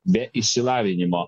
be išsilavinimo